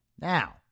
Now